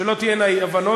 שלא תהיינה אי-הבנות,